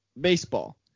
baseball